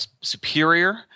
superior